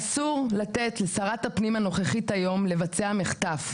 אסור לתת לשרת הפנים הנוכחית היום לבצע מחטף.